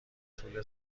طول